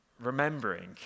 remembering